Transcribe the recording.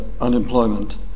unemployment